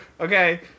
okay